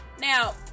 Now